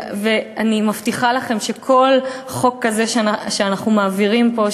ואני מבטיחה לכם שכל חוק כזה שאנחנו מעבירים פה,